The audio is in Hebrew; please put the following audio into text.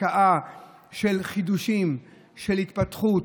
השקעה של חידושים, של התפתחות.